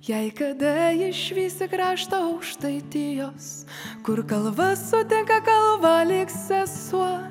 jei kada išvysi kraštą aukštaitijos kur kalva sutinka kalvą lyg sesuo